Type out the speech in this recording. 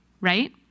right